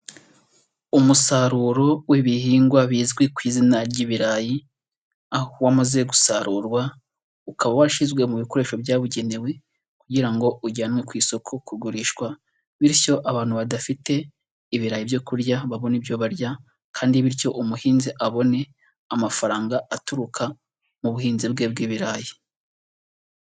Umusaruro w'ibihingwa bizwi ku izina ry'ibirayi, aho wamaze gusarurwa ukaba washyizwe mu bikoresho byabugenewe kugira ngo ujyanwe ku isoko kugurishwa, bityo abantu badafite ibirayi byo kurya babone ibyo barya kandi bityo umuhinzi abone amafaranga aturuka mu buhinzi bwe bw'ibirayi.